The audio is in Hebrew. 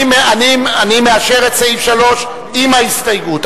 אני מאשר את סעיף 3 עם ההסתייגות.